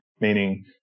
meaning